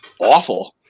Awful